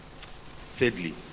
Thirdly